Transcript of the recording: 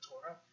Torah